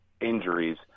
injuries